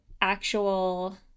actual